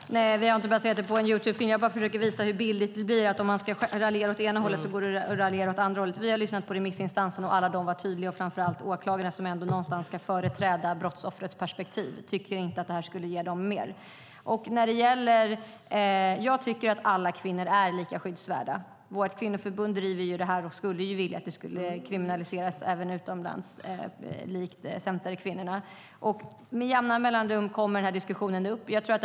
Herr talman! Vi har inte baserat det på en Youtubefilm. Jag försöker bara visa hur billigt det blir. Om raljerar åt ena hållet går det att raljera åt andra hållet. Vi har lyssnat på remissinstanserna, och de var alla tydliga. Framför allt tycker inte åklagarna, som ändå någonstans ska företräda brottsoffrets perspektiv, att detta skulle ge dem mer. Jag tycker att alla kvinnor är lika skyddsvärda. Vårt kvinnoförbund driver detta och skulle vilja att det skulle kriminaliseras även utomlands, likt Centerkvinnorna. Den här diskussionen kommer upp med jämna mellanrum.